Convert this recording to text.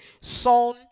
son